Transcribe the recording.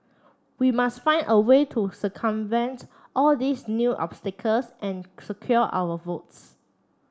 we must find a way to circumvent all these new obstacles and secure our votes